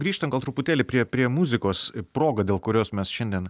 grįžtam gal truputėlį prie prie muzikos proga dėl kurios mes šiandien